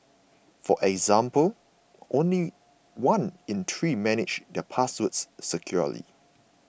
for example only one in three manage their passwords securely